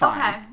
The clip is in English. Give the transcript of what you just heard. Okay